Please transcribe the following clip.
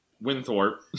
Winthorpe